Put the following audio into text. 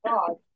God